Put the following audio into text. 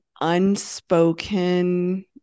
unspoken